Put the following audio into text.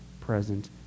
present